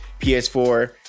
PS4